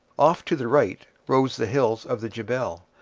off to the right rose the hills of the jebel,